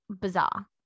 bizarre